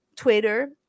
twitter